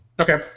okay